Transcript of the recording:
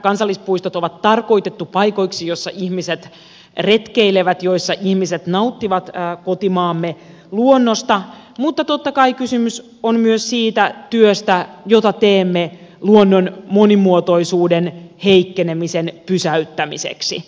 kansallispuistot on tarkoitettu paikoiksi joissa ihmiset retkeilevät joissa ihmiset nauttivat kotimaamme luonnosta mutta totta kai kysymys on myös siitä työstä jota teemme luonnon monimuotoisuuden heikkenemisen pysäyttämiseksi